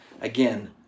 Again